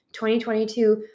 2022